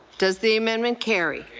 does the amendment carry?